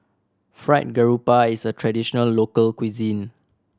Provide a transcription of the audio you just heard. Fried Garoupa is a traditional local cuisine